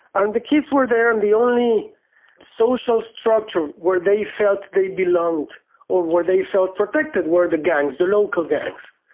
and the kids were there, and the only social structure where they felt they belonged or where they felt protected were the gangs, the local gangs.